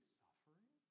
suffering